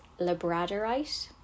Labradorite